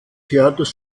theaters